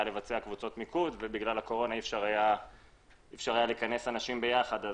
לבצע קבוצות מיקוד ובגלל הקורונה אי אפשר היה לכנס אנשים ביחד.